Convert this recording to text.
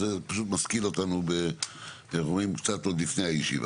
אז פשוט משכיל אותנו באירועים קצת לפני הישיבה.